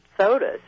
sodas